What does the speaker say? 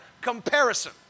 comparison